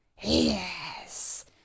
yes